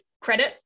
credit